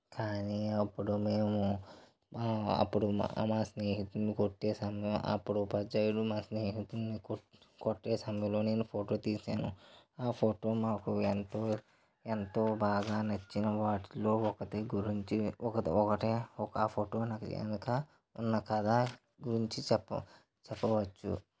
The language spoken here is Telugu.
కానీ అప్పుడు మేము అప్పుడు మా స్నేహితుడిని కొట్టే సమయం అప్పుడు ఉపాధ్యాయులు మా స్నేహితుడిని కొ కొట్టే సమయంలో నేను ఫోటో తీశాను ఆ ఫోటో మాకు ఎంతో ఎంతో బాగా నచ్చిన వాటిలో ఒకటి గురించి ఒకటి ఒక ఆ ఫోటో వెనుక ఉన్న కథ గురించి చెప్పవ్ చెప్పవచ్చు